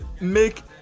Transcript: make